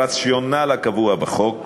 הרציונל הקבוע בחוק